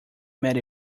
met